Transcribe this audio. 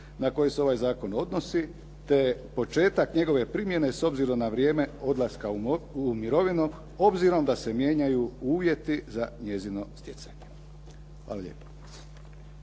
na koje se ovaj zakon odnosi te početak njegove primjene s obzirom na vrijeme odlaska u mirovinu obzirom da se mijenjaju uvjeti za njezino stjecanje. Hvala lijepo.